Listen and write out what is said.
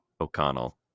O'Connell